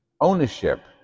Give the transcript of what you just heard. ownership